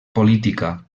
política